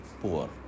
poor